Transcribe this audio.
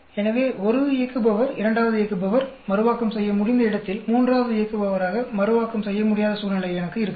எனவே ஒரு இயக்குபவர் இரண்டாவது இயக்குபவர் மறுவாக்கம் செய்ய முடிந்த இடத்தில் மூன்றாவது இயக்குபவராக மறுவாக்கம் செய்ய முடியாத சூழ்நிலை எனக்கு இருக்கலாம்